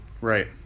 right